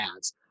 ads